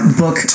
book